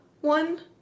one